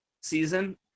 season